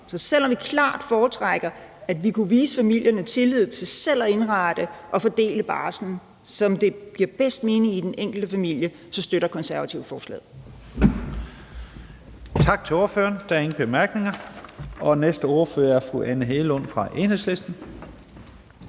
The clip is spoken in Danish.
Så selv om vi klart foretrækker, at vi kunne vise familierne tillid til selv at indrette og fordele barslen på den måde, det giver bedst mening i den enkelte familie, støtter Konservative forslaget.